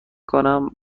کنم